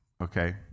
Okay